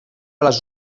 les